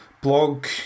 blog